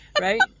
Right